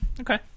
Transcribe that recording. Okay